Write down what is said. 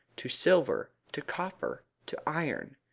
to silver, to copper, to iron.